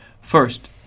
First